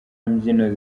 mbyino